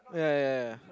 yeah yeah yeah yeah